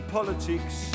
politics